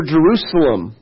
Jerusalem